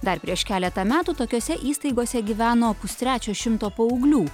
dar prieš keletą metų tokiose įstaigose gyveno pustrečio šimto paauglių